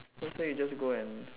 not say you just go and